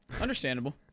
Understandable